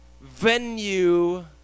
venue